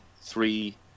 three